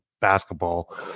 basketball